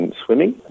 swimming